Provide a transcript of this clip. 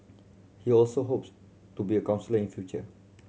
he also hopes to be a counsellor in future